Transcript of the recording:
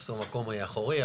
תפסו מקום אחורי,